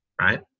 right